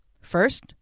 First